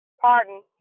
Pardon